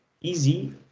easy